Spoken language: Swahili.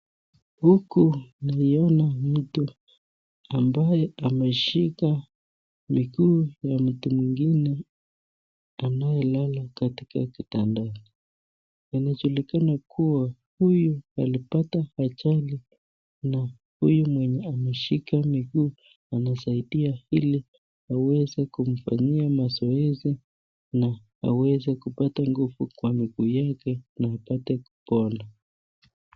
Huku naiona mtu ambaye ameshika miguu ya mtu mwingine anaye lala katika kitanda. Anajulikana kua huyu alipata ajali na huyu mwenye ameshika miguu anasaidia ili aweze kumfanyia mazoezi na aweze kupata nguvu kwa miguu yake na apate kupona.